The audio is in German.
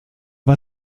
war